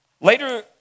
Later